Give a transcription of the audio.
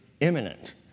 imminent